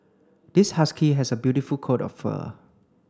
this husky has a beautiful coat of fur